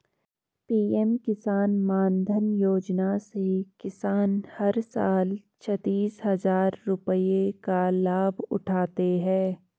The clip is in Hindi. पीएम किसान मानधन योजना से किसान हर साल छतीस हजार रुपये का लाभ उठाते है